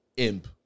imp